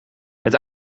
het